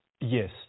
Yes